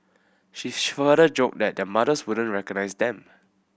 she further joked that their mothers wouldn't recognise them